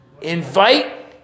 Invite